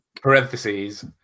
Parentheses